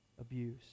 abuse